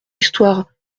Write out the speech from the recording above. histoire